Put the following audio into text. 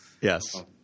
yes